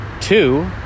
two